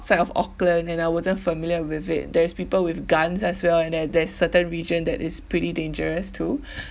outside of auckland and I wasn't familiar with it there is people with guns as well and there~ there's certain region that is pretty dangerous too